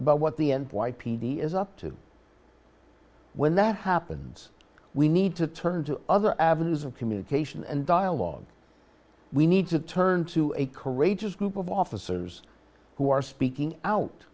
about what the and why p t is up to when that happens we need to turn to other avenues of communication and dialogue we need to turn to a courageous group of officers who are speaking out